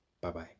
Bye-bye